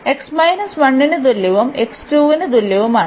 അതിനാൽ x 1 ന് തുല്യവും x 2 ന് തുല്യവുമാണ്